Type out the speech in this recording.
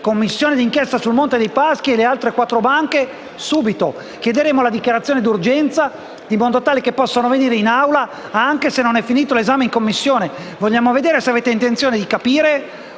Commissione d'inchiesta sul Monte dei Paschi e sulle altre quattro banche si faccia subito: chiederemo la dichiarazione d'urgenza in modo tale che possano venire in Aula anche se non è finito l'esame in Commissione. Vogliamo vedere se avete intenzione di capire